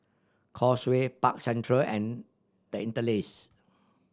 Causeway Park Central and The Interlace